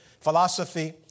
philosophy